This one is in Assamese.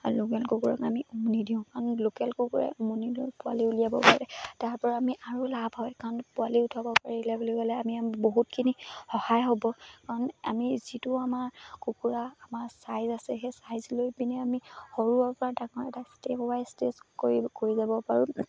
আৰু লোকেল কুকুৰাক আমি উমনি দিওঁ কাৰণ লোকেল কুকুৰাই উমনি লৈ পোৱালি উলিয়াব পাৰে তাৰপৰা আমি আৰু লাভ হয় কাৰণ পোৱালি উঠাব পাৰিলে বুলিবলৈ আমি বহুতখিনি সহায় হ'ব কাৰণ আমি যিটো আমাৰ কুকুৰা আমাৰ চাইজ আছে সেই চাইজ লৈ পিনে আমি সৰুৰপৰা ডাঙৰ এটা ষ্টেপ বাই ষ্টেপ কৰি কৰি যাব পাৰোঁ